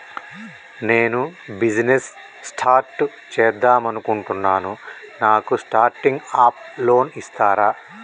నేను business start చేద్దామనుకుంటున్నాను నాకు స్టార్టింగ్ అప్ లోన్ ఇస్తారా?